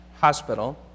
hospital